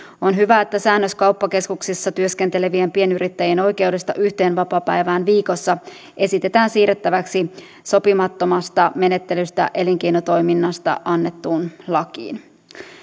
on hyvä että säännös kauppakeskuksissa työskentelevien pienyrittäjien oikeudesta yhteen vapaapäivään viikossa esitetään siirrettäväksi sopimattomasta menettelystä elinkeinotoiminnassa annettuun lakiin